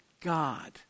God